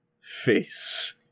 face